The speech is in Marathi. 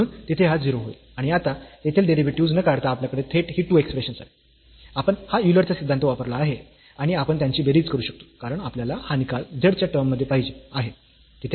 म्हणून तिथे हे 0 होईल आणि आता येथील डेरिव्हेटिव्हस् न काढता आपल्याकडे थेट ही 2 एक्सप्रेशन्स आहेत आपण हा युलरचा सिद्धांत वापरला आहे आणि आपण त्यांची बेरीज करू शकतो कारण आपल्याला हा निकाल z च्या टर्म्स मध्ये पाहिजे आहे तिथे u 1 प्लस u 2 आहे